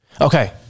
Okay